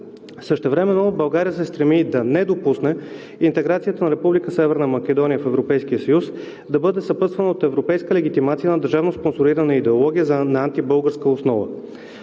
Същевременно България се стреми да не допусне интеграцията на Република Северна Македония в Европейския съюз да бъде съпътствана от европейска легитимация на държавно спонсорирана идеология на антибългарска основа.